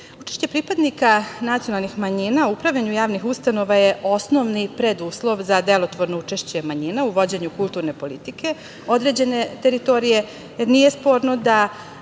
zakona. Učešće pripadnika nacionalnih manjina u upravljanju javnih ustanova je osnovni preduslov za delotvorno učešće manjina u vođenju kulturne politike određene teritorije. Nije sporno da